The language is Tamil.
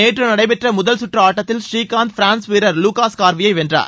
நேற்று நடைபெற்ற முதல் கற்று ஆட்டத்தில் ஸ்ரீகாந்த் பிரான்ஸ் வீரர் லூகாஸ் கார்வியை வென்றார்